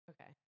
okay